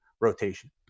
rotation